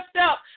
up